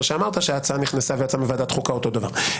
שאמרת שההצעה נכנסה ויצאה מוועדת חוקה אותו הדבר.